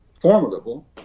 formidable